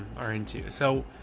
are into, so,